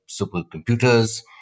supercomputers